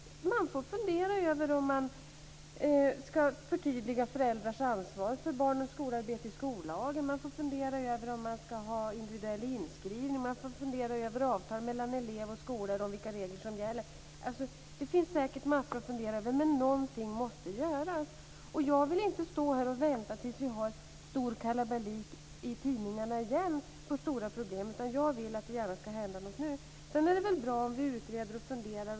Man får fundera över om man ska förtydliga föräldrars ansvar för barnens skolarbete i skollagen. Man får fundera över om man ska ha individuell inskrivning. Man får fundera över avtal mellan elever och skolor om vilka regler som gäller. Det finns säkert massor att fundera över, men någonting måste göras. Jag vill inte vänta tills vi har stor kalabalik i tidningarna igen om stora problem, utan jag vill gärna att det ska hända något nu. Sedan är det bra om vi utreder och funderar.